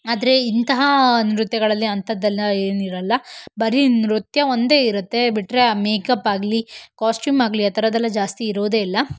ಆದರೆ ಇಂತಹ ನೃತ್ಯಗಳಲ್ಲಿ ಅಂಥದ್ದೆಲ್ಲ ಏನಿರಲ್ಲ ಬರಿ ನೃತ್ಯ ಒಂದೇ ಇರುತ್ತೆ ಬಿಟ್ಟರೆ ಆ ಮೇಕಪ್ ಆಗಲಿ ಕಾಸ್ಟ್ಯೂಮ್ ಆಗಲಿ ಆ ಥರದ್ದೆಲ್ಲ ಜಾಸ್ತಿ ಇರೋದೇ ಇಲ್ಲ